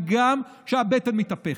הגם שהבטן מתהפכת,